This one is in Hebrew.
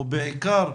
או בעיקר,